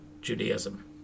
Judaism